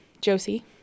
Josie